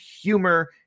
humor